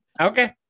okay